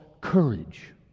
courage